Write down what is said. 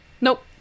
Nope